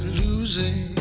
losing